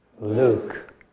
Luke